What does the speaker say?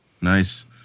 nice